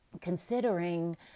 considering